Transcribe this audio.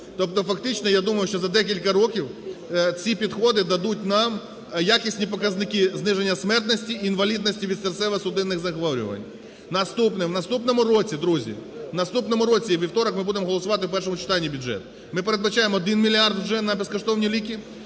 Тобто фактично я думаю, що за декілька років ці підходи дадуть нам якісні показники зниження смертності і інвалідності від серцево-судинних захворювань. Наступне. В наступному році, друзі, в наступному році і у вівторок ми будемо голосувати в першому читанні бюджет. Ми передбачаємо 1 мільярд вже на безкоштовні ліки